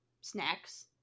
snacks